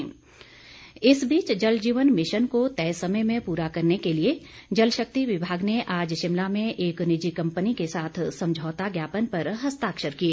समझौता इस बीच जल जीवन मिशन को तय समय में पूरा करने के लिए जल शक्ति विभाग ने आज शिमला में एक निजी कंपनी के साथ समझौता ज्ञापन पर हस्ताक्षर किए